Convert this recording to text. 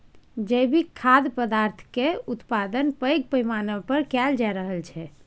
जैविक खाद्य पदार्थक उत्पादन पैघ पैमाना पर कएल जा रहल छै